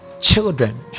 Children